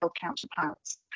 counterparts